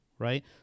Right